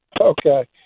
Okay